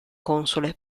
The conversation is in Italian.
console